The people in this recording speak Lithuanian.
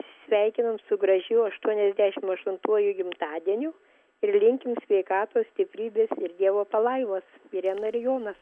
sveikinam su gražiu aštuoniasdešim aštuntuoju gimtadieniu ir linkim sveikatos stiprybės ir dievo palaimos irena ir jonas